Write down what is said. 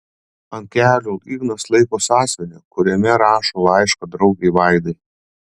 ant kelių ignas laiko sąsiuvinį kuriame rašo laišką draugei vaidai